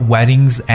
Weddings